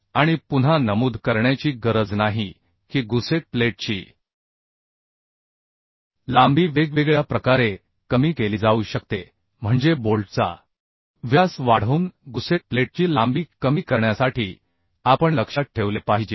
आणि पुन्हा नमूद करण्याची गरज नाही की गुसेट प्लेटची लांबी वेगवेगळ्या प्रकारे कमी केली जाऊ शकते म्हणजे बोल्टचा व्यास वाढवून गुसेट प्लेटची लांबी कमी करण्यासाठी आपण लक्षात ठेवले पाहिजे